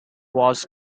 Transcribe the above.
was